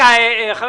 הזה.